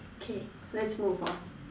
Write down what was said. okay let's move on